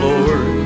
Lord